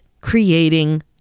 creating